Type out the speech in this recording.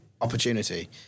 opportunity